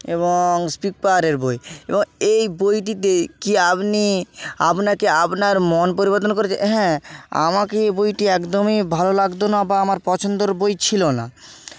এবং স্পিক পাওয়ারের বই এবং এই বইটিতে কি আপনি আপনাকে আপনার মন পরিবর্তন করেছে হ্যাঁ আমাকে এই বইটি একদমই ভালো লাগত না বা আমার পছন্দর বই ছিলো না